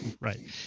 right